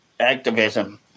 activism